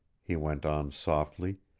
he went on softly,